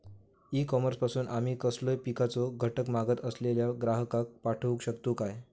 E commerce पासून आमी कसलोय पिकाचो घटक मागत असलेल्या ग्राहकाक पाठउक शकतू काय?